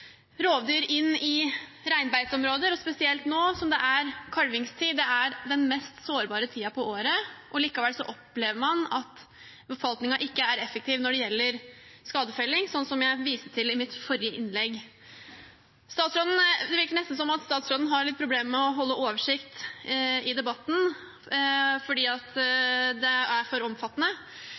rovdyr inn i reinbeiteområder, og spesielt nå som det er kalvingstid, som er den mest sårbare tiden på året. Likevel opplever man at befolkningen ikke er effektiv når det gjelder skadefelling, sånn som jeg viste til i mitt forrige innlegg. Det virker nesten som om statsråden har litt problemer med å holde oversikt i debatten fordi det er for omfattende.